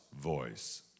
voice